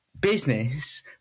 business